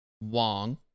Wong